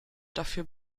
dafür